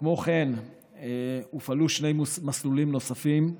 כמו כן הופעלו שני מסלולים נוספים: